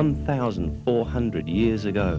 one thousand four hundred years ago